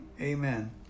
amen